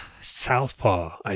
Southpaw